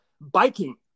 biking